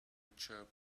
chirp